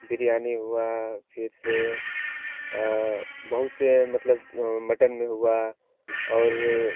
बिरयानी हुआ फिर से बहुत से मतलब मटन में हुआ और